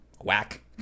Whack